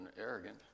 arrogant